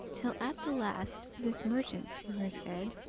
till at the last this merchant to her said.